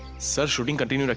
so shooting continue.